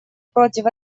против